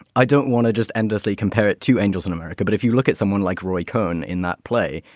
i don't want to just end does they compare it to angels in america? but if you look at someone like roy cohn in that play,